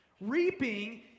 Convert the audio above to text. Reaping